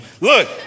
Look